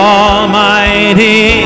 almighty